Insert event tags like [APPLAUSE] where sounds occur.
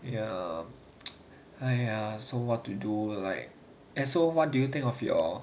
ya [NOISE] !aiya! so what to do like so what do you think of your